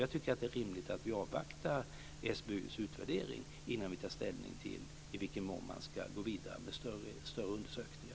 Jag tycker att det är rimligt att vi avvaktar SBU:s utvärdering innan vi tar ställning till i vilken mån man ska gå vidare med större undersökningar.